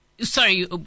Sorry